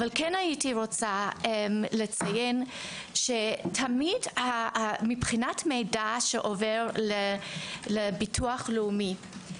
אני כן רוצה לציין שתמיד מבחינת מידע שעובר לביטוח לאומי,